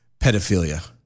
pedophilia